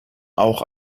auch